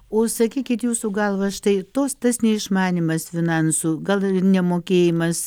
o sakykit jūsų galva štai tos tas neišmanymas finansų gal nemokėjimas